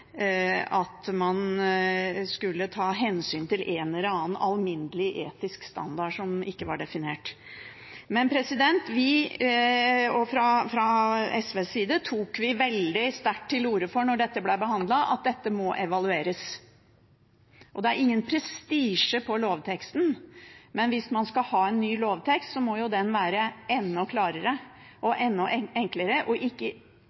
at man skulle ta hensyn til en eller annen alminnelig etisk standard som ikke var definert. Fra SVs side tok vi, da dette ble behandlet, veldig sterkt til orde for at dette må evalueres. Det er ingen prestisje på lovteksten, men hvis man skal ha en ny lovtekst, må den være enda klarere og enda enklere og ikke